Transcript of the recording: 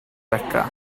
beca